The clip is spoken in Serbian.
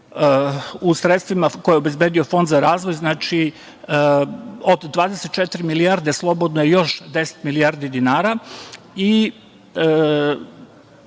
u sredstvima koje je obezbedio Fond za razvoj, znači, od 24 milijarde slobodno je još 10 milijardi dinara i